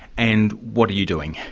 and what are you doing?